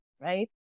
right